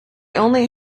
only